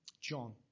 John